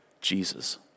Jesus